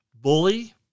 bully